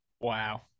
Wow